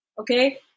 okay